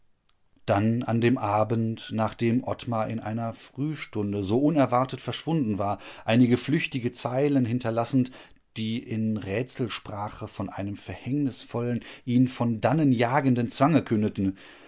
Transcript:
dann an dem abend nachdem ottmar in einer frühstunde so unerwartet verschwunden war einige flüchtige zeilen hinterlassend die in rätselsprache von einem verhängnisvollen ihn von dannen jagenden zwange kündeten